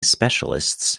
specialists